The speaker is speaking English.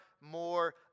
more